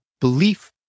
belief